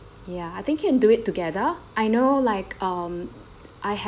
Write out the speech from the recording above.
ya I think can do it together I know like um I have